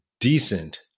decent